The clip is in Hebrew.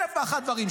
אלף ואחת דברים.